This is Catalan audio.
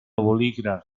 bolígraf